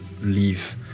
leave